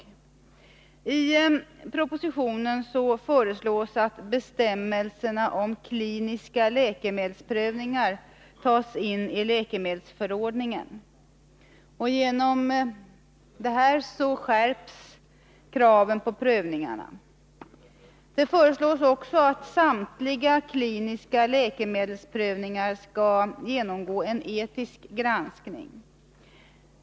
I proposition 1982/83:122 föreslås att bestämmelserna om kliniska läkemedelsprövningar tas in i läkemedelsförordningen. Genom detta skärps kraven på prövningarna. Det föreslås också att samtliga kliniska läkemedelsprövningar skall genomgå etisk granskning.